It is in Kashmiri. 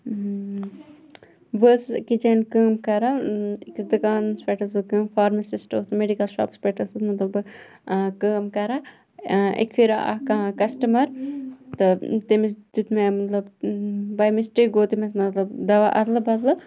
بہٕ ٲسٕس أکٕس جایہِ کٲم کَران أکِس دُکانَس پٮ۪ٹھ ٲسٕس بہٕ کٲم فارمسِسٹہ اوس میٚڈِکَل شاپَس پٮ۪ٹھ مَطلَب بہٕ کٲم کَران اَکہِ فِرِ آو اکھ کَسٹَمَر تہٕ تٔمس دیُت مےٚ مَطلَب باے مِسٹیک گوٚو تٔمس مَطلَب دَوا اَدلہٕ بَدلہٕ